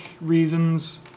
reasons